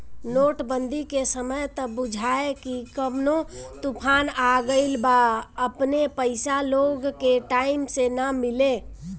note बंदी के समय त बुझाए की कवनो तूफान आ गईल बा अपने पईसा लोग के टाइम से ना मिले